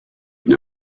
une